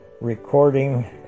recording